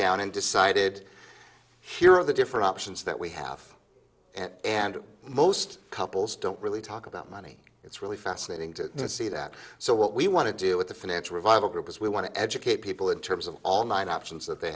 down and decided here of the different options that we have and most couples don't really talk about money it's really fascinating to see that so what we want to do with the financial revival group is we want to educate people in terms of all nine options that they